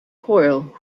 coil